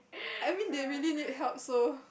I mean they really need help so